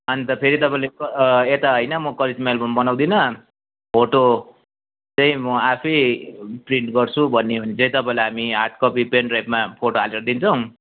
अन्त फेरि तपाईँले यता होइन म करिस्मा एल्बम बनाउदिन फोटो चाहिँ म आफै प्रिन्ट गर्छु भन्ने हो भने चाहिँ तपाईँलाई हामी हार्ड कपी पेनड्राइबमा फोटो हालेर दिन्छौँ